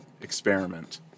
experiment